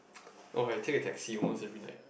oh I take a taxi almost every night